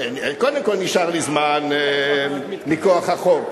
קודם כול נשאר לי זמן מכוח החוק.